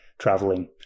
traveling